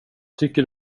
tycker